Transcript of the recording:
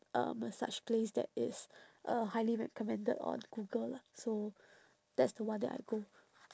uh massage place that is uh highly recommended on google lah so that's the one that I go